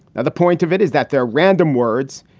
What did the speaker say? ah the point of it is that they're random words,